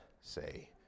say